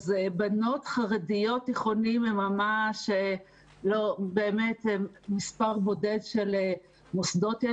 אז לבנות חרדיות בתיכונים יש מספר בודד של מוסדות.